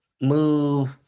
move